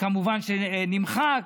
וכמובן שנמחק.